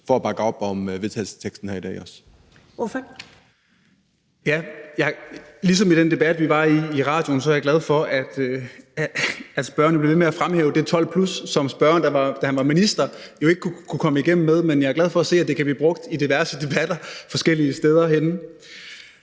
også at bakke op om vedtagelsesteksten her i dag.